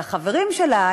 והחברים שלה,